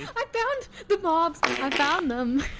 i found the mobs. i found them.